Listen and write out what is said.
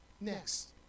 Next